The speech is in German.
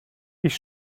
ich